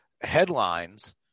headlines